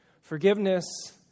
Forgiveness